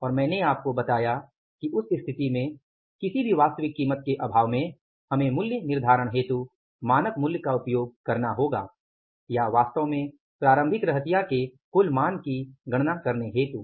और मैंने आपको बताया कि उस स्थिति में किसी भी वास्तविक कीमत के अभाव में हमें मूल्य निर्धारण हेतु मानक मूल्य का उपयोग करना होगा या वास्तव में प्रारंभिक रहतिया के कुल मान की गणना करने हेतु